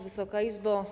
Wysoka Izbo!